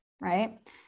right